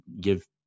give